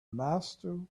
master